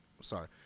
sorry